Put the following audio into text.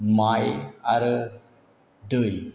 माइ आरो दै